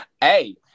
Hey